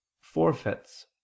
forfeits